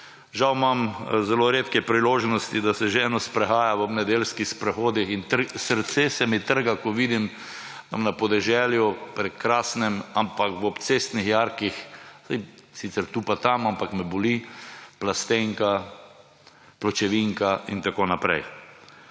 Žal imam zelo redke priložnosti, da se z ženo sprehajam ob nedeljskih sprehodih, in srce se mi trga, ko vidim na prekrasnem podeželju v obcestnih jarkih – saj sicer tu pa tam, ampak me boli – plastenke, pločevinke in tako naprej.